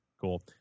cool